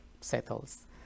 settles